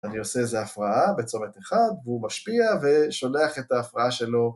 אני עושה איזה הפרעה בצומת אחד, והוא משפיע ושולח את ההפרעה שלו.